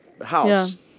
house